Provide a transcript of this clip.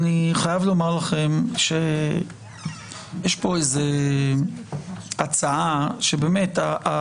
אני חייב לומר לכם שיש פה איזה הצעה שהתועלת